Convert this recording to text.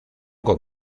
con